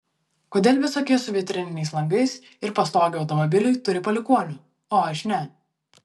kodėl visokie su vitrininiais langais ir pastoge automobiliui turi palikuonių o aš ne